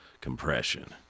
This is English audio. compression